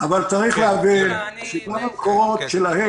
אבל צריך להבין שכל המקורות שלהם,